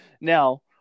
Now